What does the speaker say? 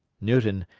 newton,